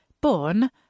Born